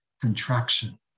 contraction